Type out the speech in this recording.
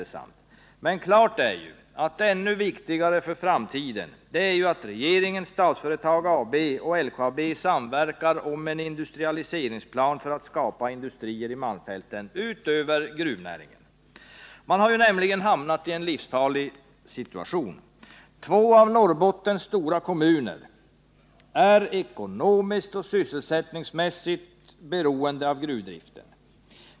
Men klart är att ännu viktigare för framtiden är att regeringen, Statsföretag AB och LKAB samverkar om en industrialiseringsplan för att skapa industrier i malmfälten utöver gruvnäringen. Man har nämligen hamnat i en livsfarlig situation. Två av Norrbottens stora kommuner är ekonomiskt och sysselsättningsmässigt beroende av gruvdriften.